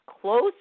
close